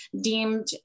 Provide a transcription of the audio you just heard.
deemed